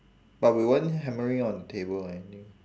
but we weren't hammering on table or anything